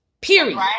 period